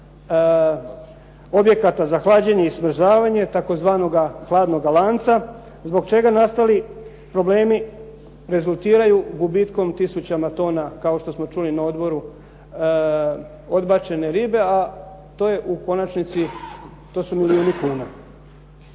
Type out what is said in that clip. objekata za hlađenje i smrzavanje tzv. hladnoga lanca, zbog čega nastali problemi rezultiraju gubitkom tisućama tona, kao što smo čuli na odboru, odbačene ribe, a to je u konačnici, to su milijuni kuna.